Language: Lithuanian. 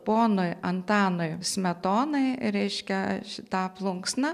ponui antanui smetonai reiškia šitą plunksną